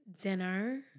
Dinner